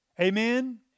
Amen